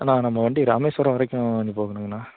அண்ணா நம்ம வண்டி ராமேஸ்வரம் வரைக்கும் போகணுங்கண்ணா